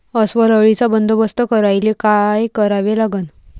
अस्वल अळीचा बंदोबस्त करायले काय करावे लागन?